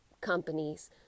companies